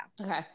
Okay